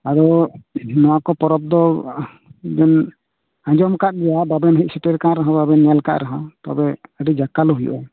ᱟᱫᱚ ᱱᱚᱶᱟ ᱠᱚ ᱯᱚᱨᱚᱵᱽ ᱫᱚ ᱵᱮᱱ ᱟᱸᱡᱚᱢ ᱟᱠᱟᱫ ᱜᱮᱭᱟ ᱵᱟᱵᱮᱱ ᱦᱮᱡ ᱥᱮᱴᱮᱨ ᱟᱠᱟᱱ ᱨᱮᱦᱚᱸ ᱵᱟᱵᱮᱱ ᱧᱮᱞ ᱟᱠᱟᱫ ᱨᱮᱦᱚᱸ ᱛᱚᱵᱮ ᱟᱹᱰᱤ ᱡᱷᱟᱠᱟᱞᱳ ᱦᱩᱭᱩᱜ ᱟ